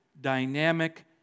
dynamic